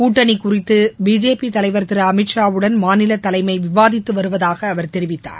கூட்டணி குறித்து பிஜேபி தலைவர் திரு அமித்ஷாவுடன் மாநில தலைமை விவாதித்து வருவதாக அவர் தெரிவித்தார்